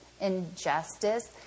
injustice